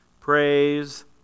Praise